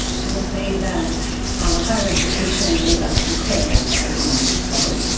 i will say that higher education is absolutely critical to economic recovery.